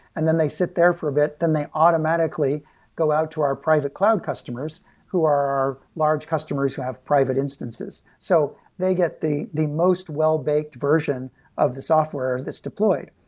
and then they sit there for a bit, then they automatically go out to our private cloud customers who are our large customers who have private instances. so they get the the most well-baked version of the software that's deployed.